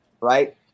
right